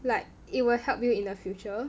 like it will help you in the future